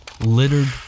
littered